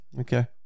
Okay